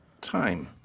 time